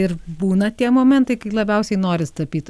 ir būna tie momentai kai labiausiai noris tapyt